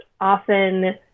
often